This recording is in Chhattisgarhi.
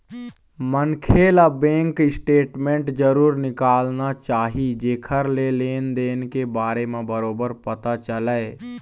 मनखे ल बेंक स्टेटमेंट जरूर निकालना चाही जेखर ले लेन देन के बारे म बरोबर पता चलय